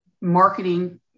marketing